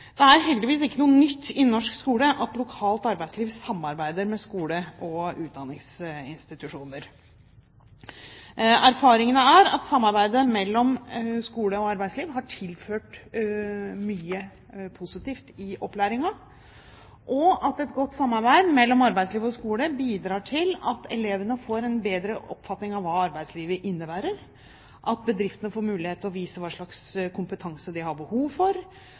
Det er heldigvis ikke noe nytt i norsk skole at lokalt arbeidsliv samarbeider med skole og utdanningsinstitusjoner. Erfaringene er at samarbeidet mellom skole og arbeidsliv har tilført mye positivt i opplæringen. Et godt samarbeid mellom arbeidsliv og skole bidrar til at elevene får en bedre oppfatning av hva arbeidslivet innebærer, at bedriftene får mulighet til å vise hva slags kompetanse de har behov for,